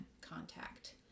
contact